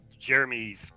Jeremy's